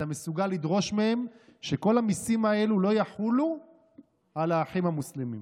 אתה מסוגל לדרוש מהם שכל המיסים האלה לא יחולו על האחים המוסלמים.